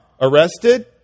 arrested